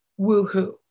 woohoo